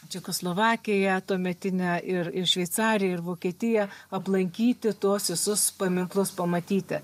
čekoslovakiją tuometinę ir ir šveicariją ir vokietiją aplankyti tuos visus paminklus pamatyti